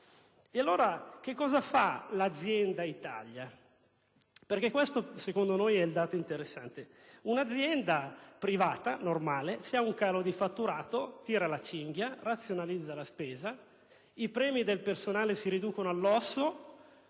E allora cosa fa l'azienda Italia? Questo secondo noi è il dato interessante. Se una normale azienda privata ha un calo di fatturato, tira la cinghia, razionalizza la spesa, i premi del personale si riducono all'osso